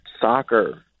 soccer